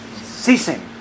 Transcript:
Ceasing